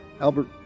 Albert